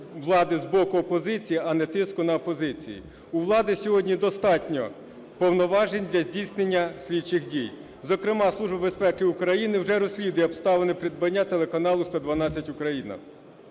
з боку опозиції, а не тиску на опозицію. У влади сьогодні достатньо повноважень для здійснення слідчих дій. Зокрема, Служба безпеки України вже розслідує обставини придбання телеканалу "112 Україна".